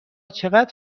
چقدر